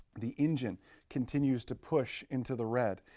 the engine continues to push into the red.